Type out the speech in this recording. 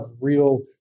real